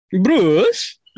Bruce